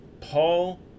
Paul